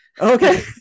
Okay